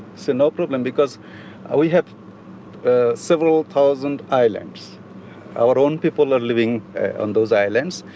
so no problem because we have ah several thousand islands our own people are living on those islands.